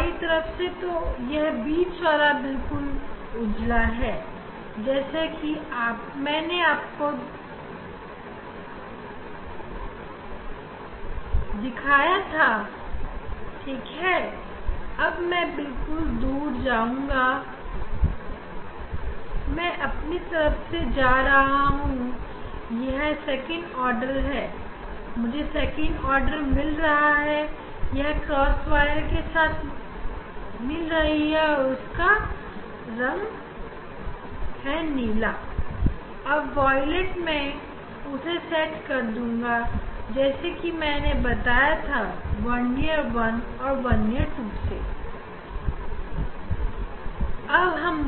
इस तरह से हमें दूसरे आर्डर का स्पेक्ट्रा मिल गया है और इसे अब नापने के लिए हम क्रॉसवायर को अलग अलग रंग जैसे नीला या वॉयलेट पर रखेंगे और अच्छे से मिलाकर वर्नियर 1 और वर्नियर 2 से